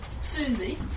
Susie